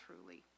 truly